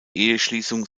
eheschließung